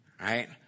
Right